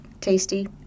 tasty